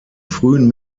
frühen